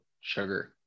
sugar